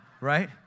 right